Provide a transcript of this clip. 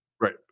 Right